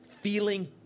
feeling